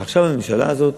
ועכשיו הממשלה הזאת